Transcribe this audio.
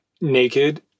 naked